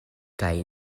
kaj